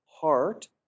heart